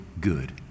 good